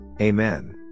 Amen